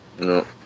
No